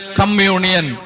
communion